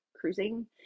cruising